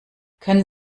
können